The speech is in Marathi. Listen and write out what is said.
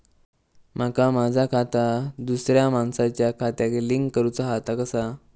माका माझा खाता दुसऱ्या मानसाच्या खात्याक लिंक करूचा हा ता कसा?